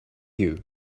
you